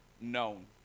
known